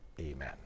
Amen